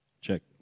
Check